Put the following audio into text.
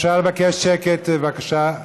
אפשר לבקש שקט, בבקשה.